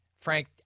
Frank